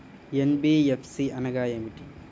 NBFC అనగా ఏమిటీ?